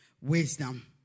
Wisdom